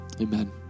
amen